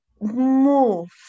move